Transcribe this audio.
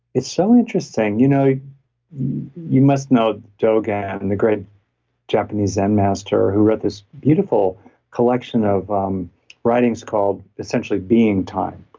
it's so interesting, you know you must know dogen, and the great japanese zen master who wrote this beautiful collection of um writings called essentially being time,